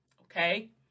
Okay